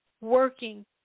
working